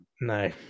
no